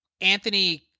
Anthony